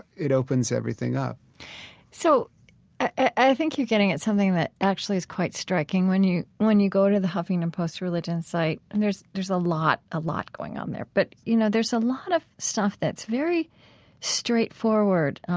it opens everything up so i think you're getting at something that actually is quite striking when you when you go to the huffington post religion site and there's there's a lot a lot going on there. but you know there's a lot of stuff that's very straightforward